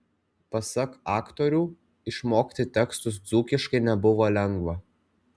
pasak aktorių išmokti tekstus dzūkiškai nebuvo lengva